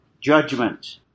judgment